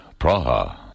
Praha